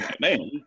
man